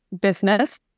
business